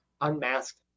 Unmasked